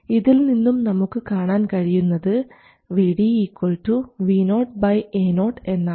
ഇതിൽ നിന്നും നമുക്ക് കാണാൻ കഴിയുന്നത് Vd Vo Ao എന്നാണ്